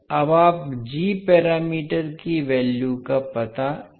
अब आप जी पैरामीटर की वैल्यू का पता कैसे लगाएंगे